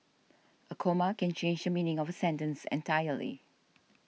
a comma can change the meaning of a sentence entirely